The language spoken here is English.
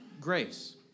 grace